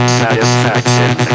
satisfaction